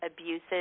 abuses